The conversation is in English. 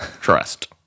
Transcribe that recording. Trust